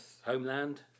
homeland